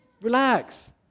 Relax